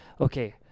Okay